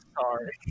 sorry